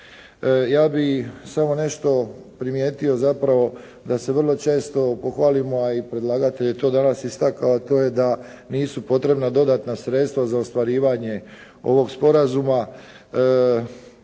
Ja bih samo nešto primijetio zapravo da se vrlo često pohvalimo, a i predlagatelj je to danas istakao, a to je da nisu potrebna dodatna sredstava za ostvarivanje ovog sporazuma,